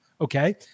okay